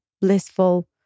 blissful